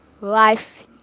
life